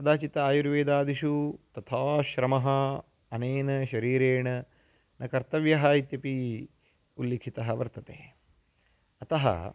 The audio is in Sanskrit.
कदाचित् आयुर्वेदादिषु तथा श्रमः अनेन शरीरेण न कर्तव्यः इत्यपि उल्लिखितः वर्तते अतः